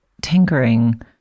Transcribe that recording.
tinkering